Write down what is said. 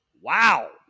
Wow